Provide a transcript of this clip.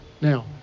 Now